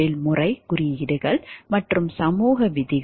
தொழில்முறை குறியீடுகள் மற்றும் சமூக விதிகள் கூட